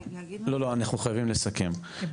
כן.